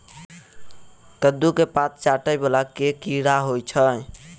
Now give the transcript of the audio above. कद्दू केँ पात चाटय वला केँ कीड़ा होइ छै?